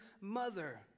mother